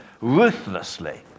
ruthlessly